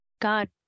God